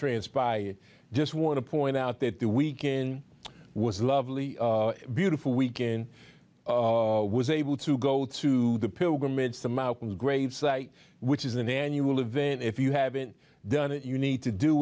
transpired i just want to point out that the weekend was lovely beautiful weekend i was able to go to the pilgrimage to the mountains gravesite which is an annual event if you haven't done it you need to do